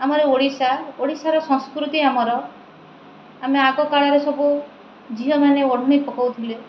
ଆମର ଓଡ଼ିଶା ଓଡ଼ିଶାର ସଂସ୍କୃତି ଆମର ଆମେ ଆଗ କାଳରେ ସବୁ ଝିଅମାନେ ଓଢ଼ଣୀ ପକାଉଥିଲେ